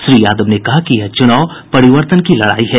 श्री यादव ने कहा कि यह चुनाव परिवर्तन की लड़ाई है